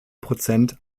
prozent